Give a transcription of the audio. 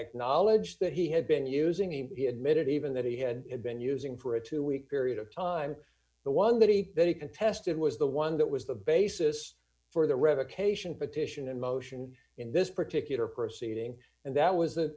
acknowledged that he had been using he admitted even that he had been using for a two week period of time the one that he very contested was the one that was the basis for the revocation petition in motion in this particular proceeding and that was